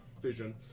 vision